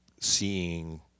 seeing